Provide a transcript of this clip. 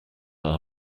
our